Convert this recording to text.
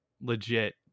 legit